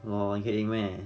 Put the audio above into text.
orh heng meh